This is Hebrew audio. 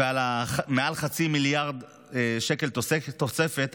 ועל מעל חצי מיליארד שקל תוספת,